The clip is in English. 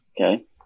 Okay